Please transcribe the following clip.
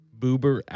boober